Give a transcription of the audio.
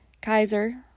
Kaiser